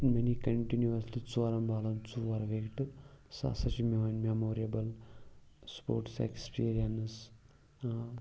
مےٚ نی کَنٹِنیوسلی ژورَن بالَن ژور وِکٹہٕ سُہ ہَسا چھِ میون مٮ۪موریبٕل سٕپوٹٕس اٮ۪کٕسپیٖریَنٕس آ